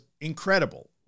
incredible